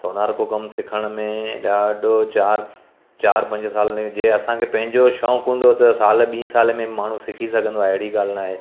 सोनार को कमु सिखण में ॾाढो चारि चारि पंज सालनि लाइ जीअं असांखे पंहिंजो शौक़ु हूंदो त सालु ॿी साले में माण्हू सिखी सघंदो आहे अहिड़ी ॻाल्हि न आहे